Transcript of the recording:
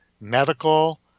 medical